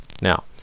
Now